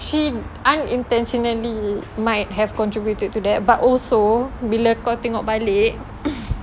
she unintentionally might have contributed to that but also bila kau tengok balik